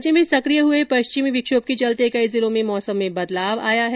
राज्य में सकिय हुए पश्चिमी विक्षोभ के चलते कई जिलों में मौसम में बदलाव आया है